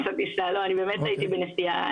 אני הייתי בנסיעה,